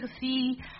see